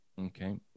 okay